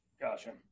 gotcha